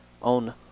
on